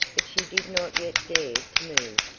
but she did not yet dare to move.